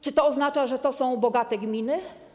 Czy to oznacza, że to są bogate gminy?